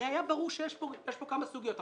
הרי היה ברור שיש פה כמה סוגיות,